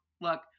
look